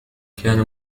كان